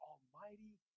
Almighty